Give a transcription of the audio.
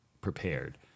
prepared